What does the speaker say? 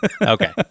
okay